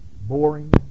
boring